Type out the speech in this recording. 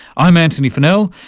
i'm antony funnell,